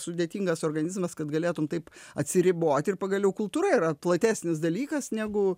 sudėtingas organizmas kad galėtum taip atsiriboti ir pagaliau kultūra yra platesnis dalykas negu